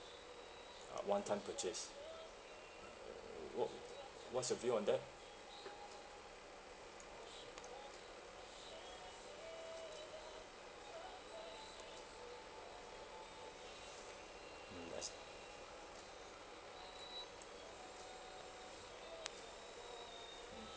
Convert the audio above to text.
uh one time purchase uh what what's your view on that mm nice